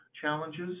challenges